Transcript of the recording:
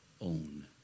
own